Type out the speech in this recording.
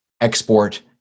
export